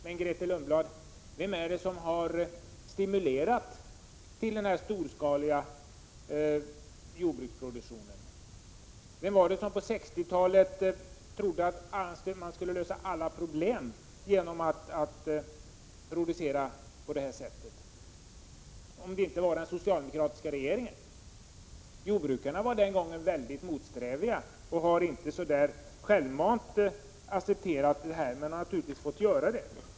Men, Grethe Lundblad, vem är det som har stimulerat till den här storskaliga jordbruksproduktionen? Vem var det som på 1960-talet ville att man skulle lösa alla problem genom att producera på det här sättet? Var det inte den socialdemokratiska regeringen? Jordbrukarna var den gången väldigt motsträviga och accepterade inte självmant det här, men de har fått göra det.